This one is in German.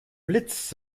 blitz